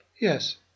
Yes